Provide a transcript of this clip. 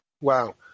Wow